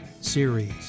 series